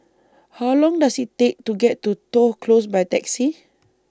How Long Does IT Take to get to Toh Close By Taxi